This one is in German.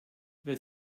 wir